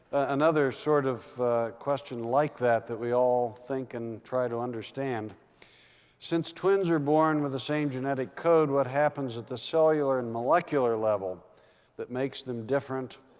another sort of question like that that we all think and try to understand since twins are born with the same genetic code, what happens at the cellular and molecular level that makes them different?